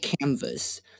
canvas